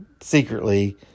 secretly